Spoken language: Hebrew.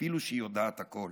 / אפילו שהיא יודעת הכול).